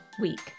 week